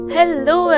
hello